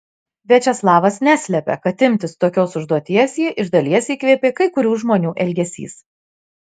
viačeslavas neslepia kad imtis tokios užduoties jį iš dalies įkvėpė kai kurių žmonių elgesys